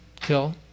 kill